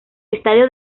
estadio